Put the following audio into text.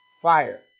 fire